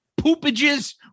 poopages